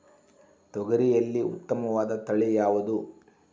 ತೊಗರಿಯಲ್ಲಿ ಉತ್ತಮವಾದ ತಳಿ ಯಾವುದು?